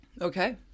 Okay